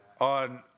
On